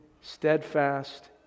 steadfast